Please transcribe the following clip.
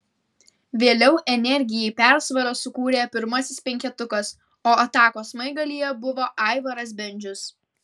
vėliau energijai persvarą sukūrė pirmasis penketukas o atakos smaigalyje buvo aivaras bendžius